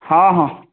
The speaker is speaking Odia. ହଁ ହଁ